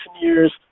years